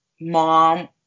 mom